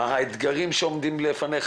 אל תצפה שאם יש מטבריה לבני ברק או מטבריה